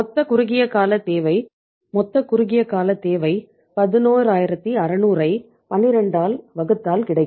மொத்த குறுகிய கால தேவை மொத்த குறுகிய கால தேவை 11600ஐ 12 ஆல் வகுத்தால் கிடைக்கும்